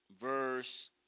verse